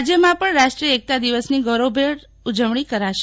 રાજ્યમાં પણ રાષ્ટ્રીય એકતા દિવસને ગૌરવભેર ઉજવણી કરાશે